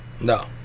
No